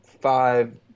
five